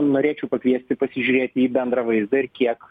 norėčiau pakviesti pasižiūrėti į bendrą vaizdą ir kiek